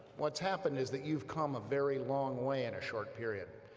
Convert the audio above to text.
what's happened is that you've come a very long way in a short period.